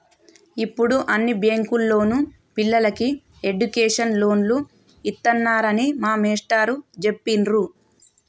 యిప్పుడు అన్ని బ్యేంకుల్లోనూ పిల్లలకి ఎడ్డుకేషన్ లోన్లు ఇత్తన్నారని మా మేష్టారు జెప్పిర్రు